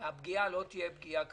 שהפגיעה לא תהיה פגיעה קשה.